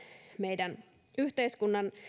meidän yhteiskuntamme